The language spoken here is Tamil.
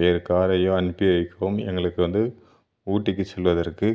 வேறு காரையோ அனுப்பி வைக்கவும் எங்களுக்கு வந்து ஊட்டிக்கு செல்வதற்கு